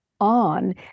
on